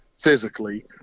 Physically